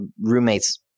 roommate's